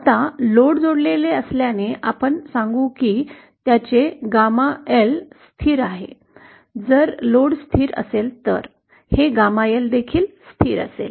आता लोड जोडलेले असल्याने आम्ही सांगू की त्याचे ℾ स्थिर आहे जर लोड स्थिर असेल तर हे ℾ देखील स्थिर असेल